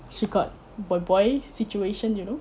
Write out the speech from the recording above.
she got boy boy situation you know